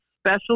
special